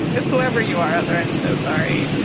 whoever you are out there, i'm so sorry